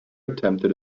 attempted